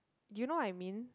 you know I mean